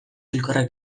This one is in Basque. hilkorrak